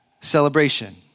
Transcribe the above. celebration